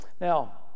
Now